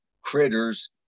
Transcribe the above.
critters